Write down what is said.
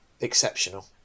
exceptional